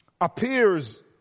appears